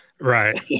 Right